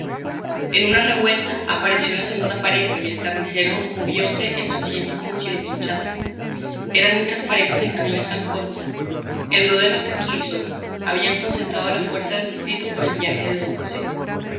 en una revuelta apareció una segunda pareja y el carnicero moviose en su asiento como si le pinchasen eran muchas parejas en camino tan corto el roder le tranquilizó habían concentrado la fuerza del distrito por el viaje de don josé